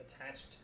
attached